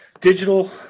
digital